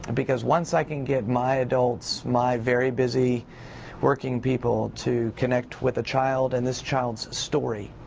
and because once i can get my adults, my very busy working people to connect with a child and this child's story,